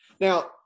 Now